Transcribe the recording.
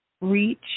Reach